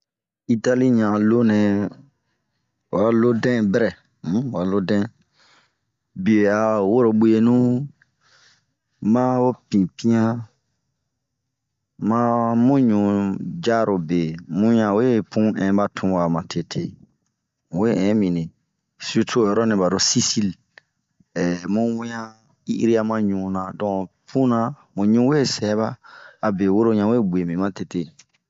Itali ɲan a loo nɛɛ, ho a loodɛn berɛ hɛn! ho a loo dɛn, bie aho woro guenu ma ho pipian, mamu ɲuu yaarobe bun ɲan we pun ɛn ba tunwamatete. mun we ɛn bini sirtu ho yoro nɛ balo sisili ehh bun ŋiann i'ira ma ɲuu ɲan. On puna mu ŋuu ho we sɛɛba abe woro ɲan we gue bin matete.